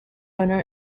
owner